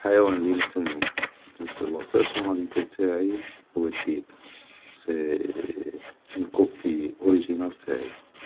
الحيوان الي يمثلني و يمتل لا بارصوناليتي تاعي هو الديب, سي اون كوبي اوريجينال تاعي